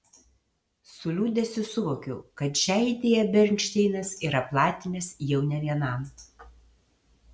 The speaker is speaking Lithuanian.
su liūdesiu suvokiau kad šią idėją bernšteinas yra platinęs jau ne vienam